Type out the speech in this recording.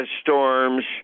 storms